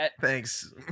thanks